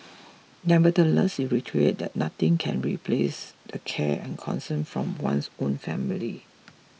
nevertheless he reiterated that nothing can replace the care and concern from one's own family